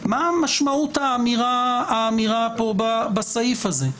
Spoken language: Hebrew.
מה משמעות האמירה פה בסעיף הזה?